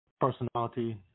personality